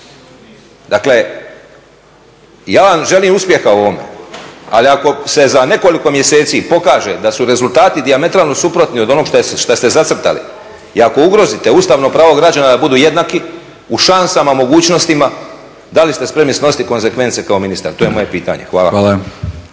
Dakle, ja vam želim uspjeha u ovome, ali ako se za nekoliko mjeseci pokaže da su rezultati dijametralno suprotni od onoga što ste zacrtali i ako ugrozite Ustavno pravo građana da budu jednaki u šansama, mogućnostima, da li ste spremni snositi konzekvence kao ministar, to je moje pitanje? Hvala.